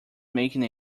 making